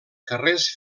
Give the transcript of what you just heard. carrers